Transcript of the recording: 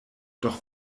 doch